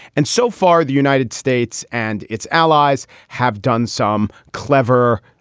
and so far, the united states and its allies have done some clever,